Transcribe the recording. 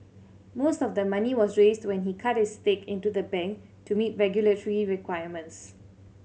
most of the money was raised when he cut his stake into the bank to meet regulatory requirements